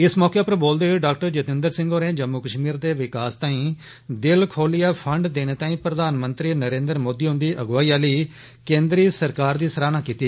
इस मौके उप्पर बोलदे होई डॉ जितेन्द्र सिंह होरें जम्मू कश्मीर दे विकास ताई दिल खोलियें फंड देने ताई प्रधानमंत्री नरेन्द्र मोदी हुन्दी अगुआई आह्ली केन्द्रीय सरकार दी सराहना कीती